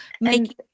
make